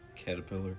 caterpillar